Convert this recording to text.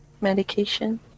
medication